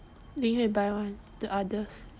minghui buy [one] the Udders